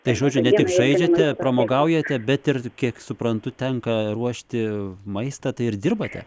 tai žodžių ne tik žaidžiate pramogaujate bet ir kiek suprantu tenka ruošti maistą tai ir dirbate